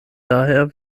daher